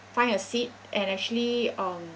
find a seat and actually um